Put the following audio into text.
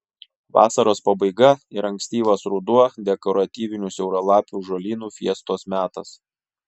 vasaros pabaiga ir ankstyvas ruduo dekoratyvinių siauralapių žolynų fiestos metas